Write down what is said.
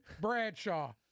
Bradshaw